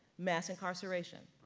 mass incarceration.